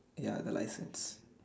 ya the license